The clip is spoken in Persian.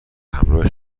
همراه